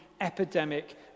epidemic